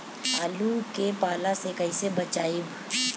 आलु के पाला से कईसे बचाईब?